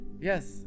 Yes